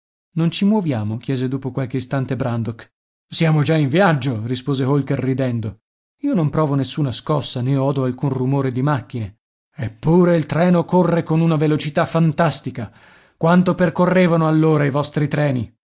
non ci muoviamo chiese dopo qualche istante brandok siamo già in viaggio rispose holker ridendo io non provo nessuna scossa né odo alcun rumore di macchine eppure il treno corre con una velocità fantastica quanto percorrevano all'ora i vostri treni